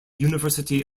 university